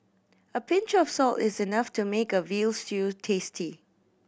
a pinch of salt is enough to make a veal stew tasty